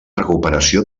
recuperació